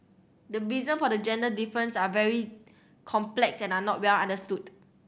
the reasons for the gender difference are very complex and are not well understood